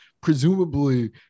presumably